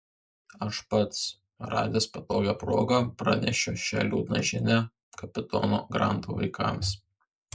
aš pats radęs patogią progą pranešiu šią liūdną žinią kapitono granto vaikams